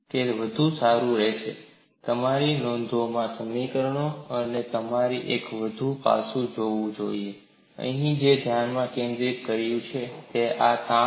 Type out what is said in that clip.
તે વધુ સારું રેહેશે તમારી નોંધોમાં આ સમીકરણો છે અને તમારે એક વધુ પાસું પણ જોવું જોઈએ અહીં જે ધ્યાન કેન્દ્રિત કર્યું છે તે છે આ તાણ